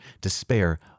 despair